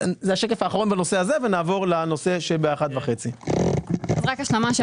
זה השקף האחרון בנושא הזה ונעבור לנושא של 13:30. רק השלמה.